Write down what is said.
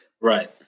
right